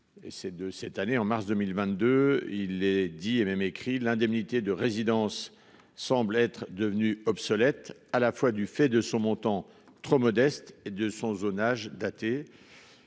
c'est de cette année, en mars 2022, il est dit et même écrit l'indemnité de résidence semble être devenue obsolète, à la fois du fait de son montant trop modeste et de son zonage daté.